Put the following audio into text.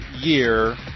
year